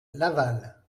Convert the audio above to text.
laval